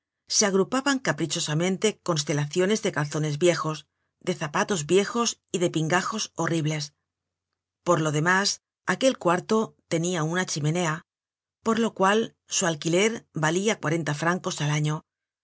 se agrupaban caprichosamente constelaciones de calzones viejos de zapatos viejos y de pingajos horribles por lo demás aquel cuarto tenia una chimenea por lo cual su alquiler valia cuarenta francos al año